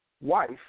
wife